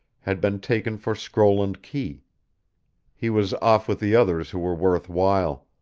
had been taken for scroll and key he was off with the others who were worth while.